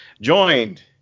joined